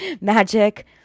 magic